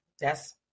yes